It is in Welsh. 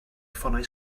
ffonau